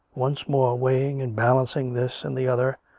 once more weighing and balancing this and the other,